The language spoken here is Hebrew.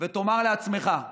ותאמר לעצמך: